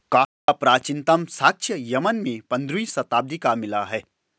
coffee का प्राचीनतम साक्ष्य यमन में पंद्रहवी शताब्दी का मिला है